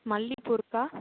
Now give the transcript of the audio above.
மல்லிகைப்பூ இருக்கா